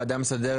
ש"ס.